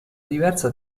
diversa